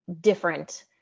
different